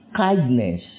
kindness